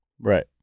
Right